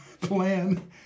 plan